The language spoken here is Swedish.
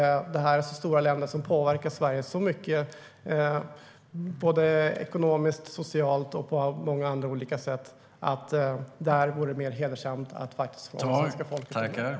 Så stora länder påverkar Sverige så mycket såväl ekonomiskt och socialt som på många andra sätt att det vore hedersamt att fråga svenska folket om lov.